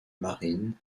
marines